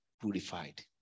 purified